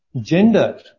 gender